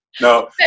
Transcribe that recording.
No